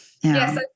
Yes